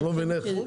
ואני לא מבין איך.